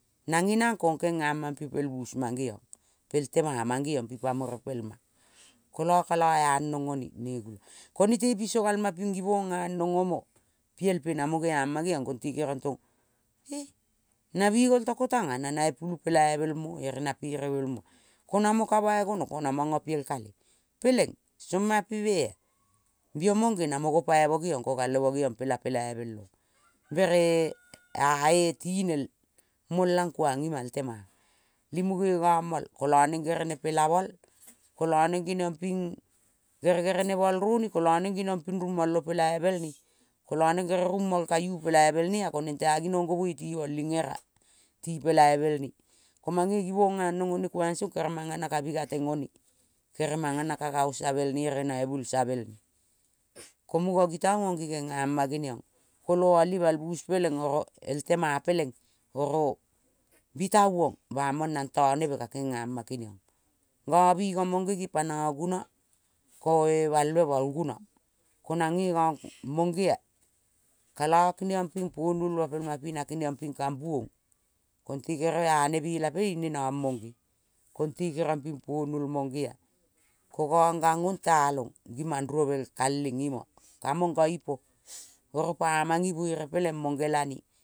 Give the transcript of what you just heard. Nange nangkong kenga mampe (pel bus mangeong) pel tema mangeong ping pamo repel kola, kala anong ome, ko nete piso gal ma ping givong anong omo piel pe. Namo gema geong, konte keriong tong pe na bi gol tako tan ga na naipulu pelaivel mo ere na perevel mo ko namo ka bai gonong ko na manga piel kale peleng song mampe mea. Bia monge namo gopaima geviong ko galve mo geviang pela pelaivel ere ae tinel molang kuang ima el tema ling muge gamal kola neng gerene pela mol kola neng geniong ping kere gerenel mol roni kola neng geniong ping rumol-o-pelaivel te ne kola neng kere rungmol ka iu i-pelaivel ne-a koneng te-a genong ngovoi timol ling era ti pelaivel ne ko mange givong anong kuang song keremanga ne ka mingateng o-ne. Kere manga na ka ga-o-savel ne ere naivol savel ne. Ko munge gitavong ginge gena ma geniong, koloal imal (bus peleng) oro el tema peleng oro bi ta vong ba mang nang tane be ka kengama keniong. Ga biga monge gipa na-guna ko-e balvema-o-guna ko nange gang mongea. Kola keniong ping puongol mua pel ma pinang kengiong ping kambu ong. Konte kere ane bela pele ing ne nong monge konte keriong ping ponuol monge-a ko gang, gang ong tealong ging mandrovel kaleng ima. Ka monga ipo oro pamang i vere peleng mongelane.